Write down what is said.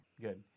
Good